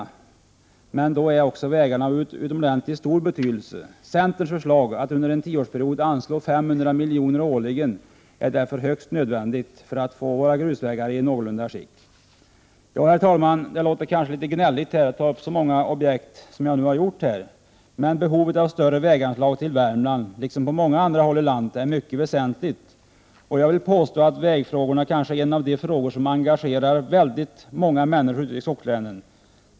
Vägarna är då av utomordenligt stor betydelse. Det är därför högst nödvändigt att, i enlighet med centerns förslag, under en tioårsperiod anslå 500 milj.kr. årligen för att vi skall få våra grusvägar i någorlunda skick. Herr talman! Det låter kanske gnälligt att ta upp så många objekt som jag nu har gjort, men behovet av högre väganslag är i Värmland, liksom på många andra håll i landet, mycket stort. Jag vill påstå att vägfrågorna är bland de frågor som engagerar många människor ute i skogslänen.